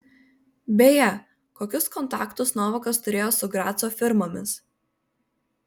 beje kokius kontaktus novakas turėjo su graco firmomis